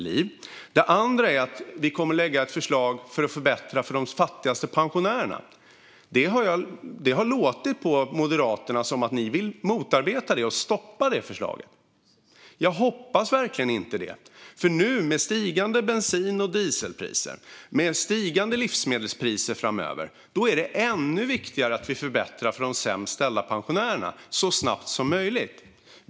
Vi kommer även att lägga fram ett förslag för att förbättra för de fattigaste pensionärerna. Det har låtit på Moderaterna som att ni vill motarbeta det och stoppa förslaget. Jag hoppas verkligen inte det, för med stigande bensin och dieselpriser och stigande livsmedelspriser är det ännu viktigare att vi förbättrar för de sämst ställda pensionärerna så snabbt som möjligt.